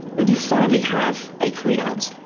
when you finally have a queen ant,